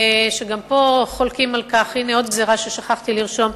וגם פה חולקים על כך, הנה עוד גזירה ששכחתי לרשום,